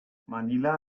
manila